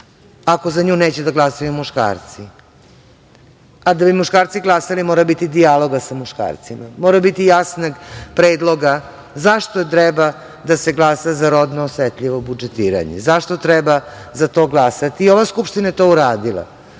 ako za nju neće da glasaju muškarci, a da bi muškarci glasali mora biti dijaloga sa muškarcima. Mora biti jasnog predloga zašto treba da se glasa za rodno osetljivo budžetiranje, zašto treba za to glasati. Ova Skupština je to i uradila